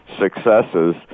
successes